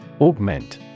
Augment